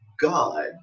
God